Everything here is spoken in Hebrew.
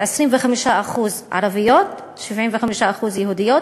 25% ערביות ו-75% יהודיות,